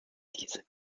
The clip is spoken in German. diese